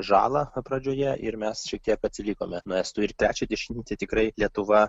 žalą na pradžioje ir mes šiek tiek atsilikome nuo estų ir trečią dešimtmetį tikrai lietuva